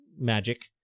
magic